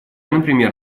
например